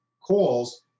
calls